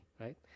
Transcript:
right